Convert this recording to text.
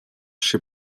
się